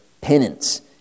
penance